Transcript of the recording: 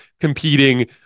competing